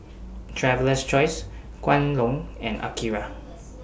Traveler's Choice Kwan Loong and Akira